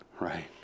Right